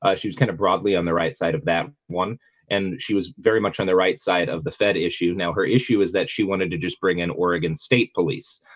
ah she was kind of broadly on the right side of that one and she was very much on the right side of the fed issue now her issue is that she wanted to just bring in oregon state police?